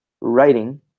writing